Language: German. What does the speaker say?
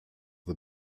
the